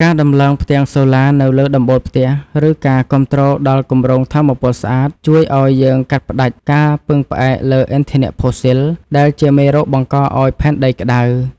ការដំឡើងផ្ទាំងសូឡានៅលើដំបូលផ្ទះ ឬការគាំទ្រដល់គម្រោងថាមពលស្អាត ជួយឱ្យយើងកាត់ផ្ដាច់ការពឹងផ្អែកលើឥន្ធនៈផូស៊ីល ដែលជាមេរោគបង្កឱ្យផែនដីក្ដៅ។